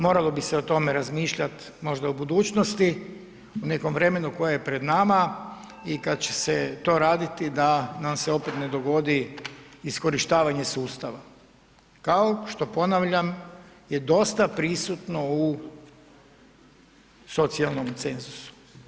Moralo bi se o tome razmišljat možda u budućnosti, o nekom vremenu koje je pred nama i kad će se to raditi da nam se opet ne dogodi iskorištavanje sustava, kao što ponavljam je dosta prisutno u socijalnom cenzusu.